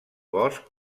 bosc